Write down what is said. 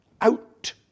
out